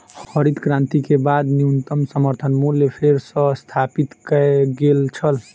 हरित क्रांति के बाद न्यूनतम समर्थन मूल्य फेर सॅ स्थापित कय गेल छल